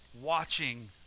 watching